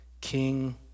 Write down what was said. King